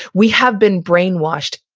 we have been brainwashed,